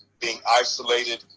being isolated,